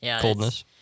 coldness